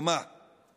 וקומה/